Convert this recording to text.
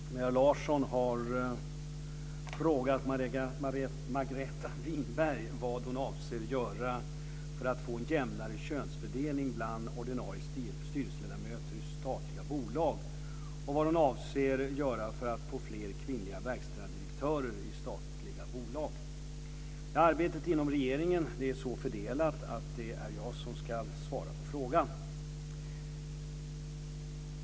Fru talman! Maria Larsson har frågat Margareta Winberg vad hon avser göra för att få en jämnare könsfördelning bland ordinarie styrelseledamöter i statliga bolag och vad hon avser göra för att få fler kvinnliga verkställande direktörer i statliga bolag. Arbetet inom regeringen är så fördelat att det är jag som ska svara på frågan.